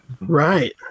right